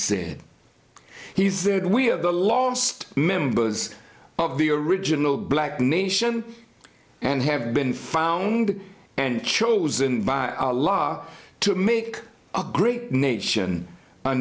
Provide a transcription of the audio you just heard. said he said we are the lost members of the original black nation and have been found and chosen by law to make a great nation a